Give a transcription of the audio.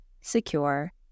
secure